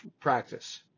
practice